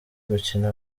gukina